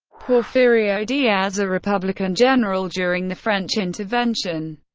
porfirio diaz, a republican general during the french intervention,